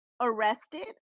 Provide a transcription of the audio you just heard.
arrested